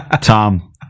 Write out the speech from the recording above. Tom